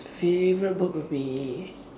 favorite book would be